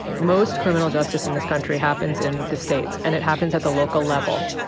most criminal justice in this country happens in the states, and it happens at the local level.